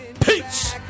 peace